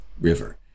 River